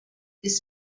this